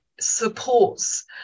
supports